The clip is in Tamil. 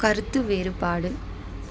கருத்து வேறுபாடு